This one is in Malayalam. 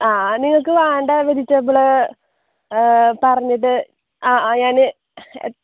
ആ ആ നിങ്ങൾക്ക് വേണ്ട വെജിറ്റബിൾ അ പറഞ്ഞിട്ട് ആ ആ ഞാൻ